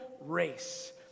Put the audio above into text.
race